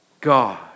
God